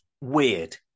weird